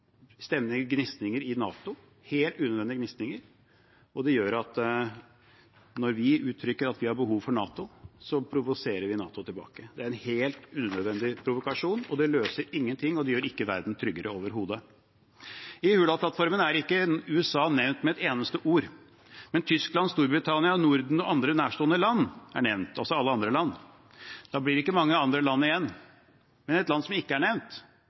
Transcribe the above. gjør at når vi uttrykker at vi har behov for NATO, provoserer vi NATO tilbake. Det er en helt unødvendig provokasjon. Det løser ingen ting, og det gjør overhodet ikke verden tryggere. I Hurdalsplattformen er ikke USA nevnt med et eneste ord, men Tyskland, Storbritannia, Norden og andre nærstående land er nevnt, også mange andre land. Da blir det ikke mange andre land igjen. Men et land som ikke er nevnt,